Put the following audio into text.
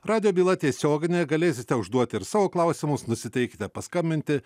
radijo byla tiesioginė galėsite užduoti ir savo klausimus nusiteikite paskambinti